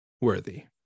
worthy